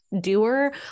doer